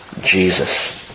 Jesus